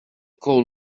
call